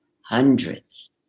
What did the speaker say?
hundreds